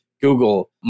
Google